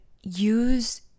use